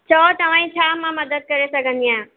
चयो तव्हांजी छा मां मदद करे सघंदी आहियां